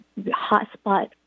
hotspot